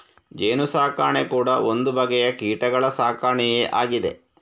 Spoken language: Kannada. ಜೇನು ಸಾಕಣೆ ಕೂಡಾ ಒಂದು ಬಗೆಯ ಕೀಟಗಳ ಸಾಕಣೆಯೇ ಆಗಿದೆ